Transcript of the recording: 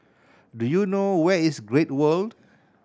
do you know where is Great World